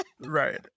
Right